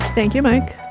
thank you, mike